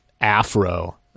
afro